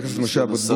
חבר הכנסת משה אבוטבול,